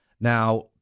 Now